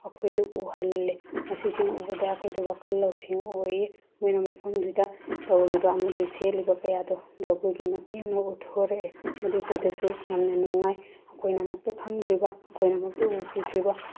ꯑꯩꯈꯣꯏꯗ ꯎꯍꯜꯂꯤ ꯃꯁꯤꯁꯤꯡ ꯎꯕꯗ ꯑꯩꯈꯣꯏꯗ ꯋꯥꯈꯜ ꯂꯧꯁꯤꯡ ꯑꯣꯏ ꯃꯣꯏꯅ ꯃꯐꯝꯗꯨꯗ ꯇꯧꯔꯤꯕ ꯑꯃꯗꯤ ꯁꯦꯠꯂꯤꯕ ꯀꯌꯥꯗꯨ ꯖꯒꯣꯏꯒꯤ ꯃꯇꯦꯡꯅ ꯎꯊꯣꯔꯛꯑꯦ ꯑꯃꯗꯤ ꯑꯩꯈꯣꯏꯗꯁꯨ ꯌꯥꯝꯅ ꯅꯨꯡꯉꯥꯏ ꯑꯩꯈꯣꯏꯅ ꯑꯃꯨꯛꯇ ꯈꯪꯗ꯭ꯔꯤꯕ ꯑꯩꯈꯣꯏꯅ ꯑꯃꯨꯛꯇ ꯎꯈꯤꯗ꯭ꯔꯤꯕ